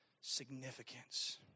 significance